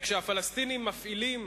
כשהפלסטינים מפעילים